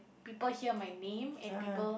people hear my name and people